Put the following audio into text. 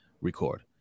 record